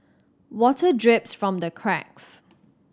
water drips from the cracks